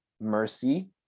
Mercy